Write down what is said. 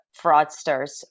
fraudsters